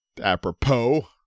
apropos